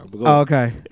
Okay